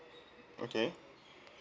okay